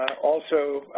also,